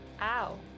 Ow